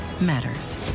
matters